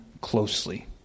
closely